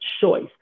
choice